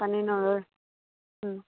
পানী নৰয়